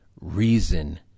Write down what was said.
reason